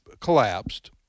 collapsed